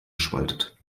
spaltet